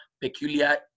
peculiar